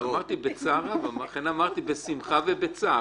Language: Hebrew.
לכן אמרתי בשמחה ובצער